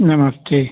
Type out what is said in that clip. नमस्ते